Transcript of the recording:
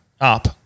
up